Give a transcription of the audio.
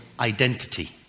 identity